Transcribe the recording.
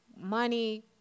money